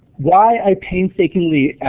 why i painstakingly